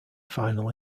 final